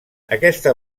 aquesta